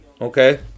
Okay